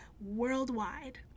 worldwide